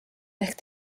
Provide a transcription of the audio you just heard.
ehk